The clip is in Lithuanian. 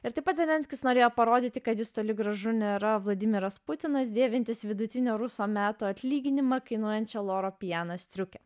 ir taip pat zelenskis norėjo parodyti kad jis toli gražu nėra vladimiras putinas dėvintis vidutinio ruso metų atlyginimą kainuojančią loro piana striukę